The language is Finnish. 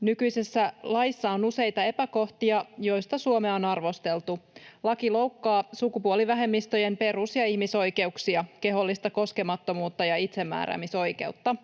Nykyisessä laissa on useita epäkohtia, joista Suomea on arvosteltu. Laki loukkaa sukupuolivähemmistöjen perus- ja ihmisoikeuksia, kehollista koskemattomuutta ja itsemääräämisoikeutta.